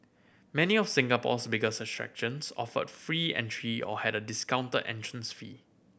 many of Singapore's biggest attractions offered free entry or had a discounted entrance fee